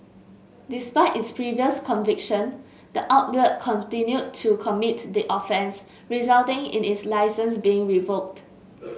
despite its previous conviction the outlet continued to commit the offence resulting in its licence being revoked